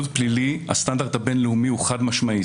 פלילי הסטנדרט הבין לאומי הוא חד משמעי.